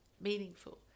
meaningful